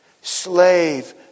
slave